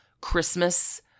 Christmas